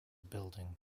building